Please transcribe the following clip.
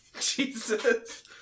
Jesus